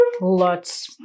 lots